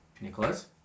Nicholas